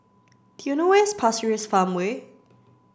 do you know where's Pasir Ris Farmway